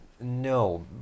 no